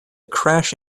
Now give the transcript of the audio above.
cash